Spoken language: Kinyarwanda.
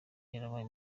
yarabaye